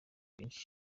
bwinshi